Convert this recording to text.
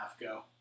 Go